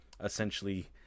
essentially